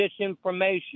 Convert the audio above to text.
disinformation